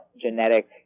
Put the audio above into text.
genetic